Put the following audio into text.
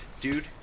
dude